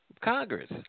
Congress